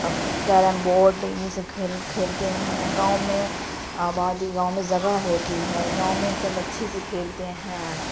اب carrom board یہ سب کھیل کھیلتے ہیں گاؤں میں آبادی گاؤں میں جگہ ہوتی ہے گاؤں میں سب اچھے سے کھیلتے ہیں